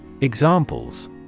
Examples